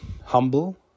Humble